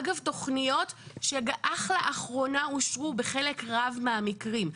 אגב, תוכניות שאושרו בחלק רב מהמקרים.